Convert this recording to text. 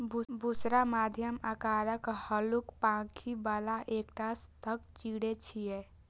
बुशरा मध्यम आकारक, हल्लुक पांखि बला एकटा सतर्क चिड़ै छियै